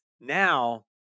now